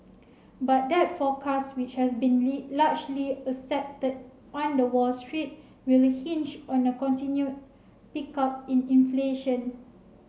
but that forecast which has been largely accepted on the Wall Street will hinge on a continued pickup in inflation